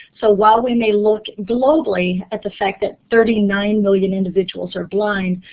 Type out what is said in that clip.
so while we may look globally at the fact that thirty nine million individuals are blind,